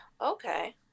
Okay